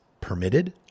permitted